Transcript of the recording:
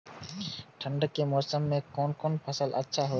ठंड के मौसम में कोन कोन फसल अच्छा होते?